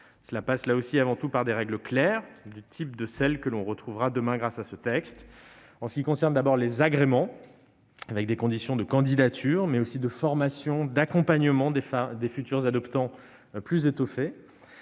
Cela passe avant tout par des règles claires, du type de celles que l'on retrouvera demain, grâce à ce texte. Celles-ci concernent d'abord les agréments, avec des conditions de candidature, de formation et d'accompagnement des futurs adoptants plus étoffées.